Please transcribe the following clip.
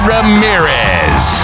Ramirez